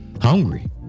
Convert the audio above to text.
hungry